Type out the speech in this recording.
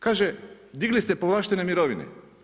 Kaže digli ste povlaštene mirovine.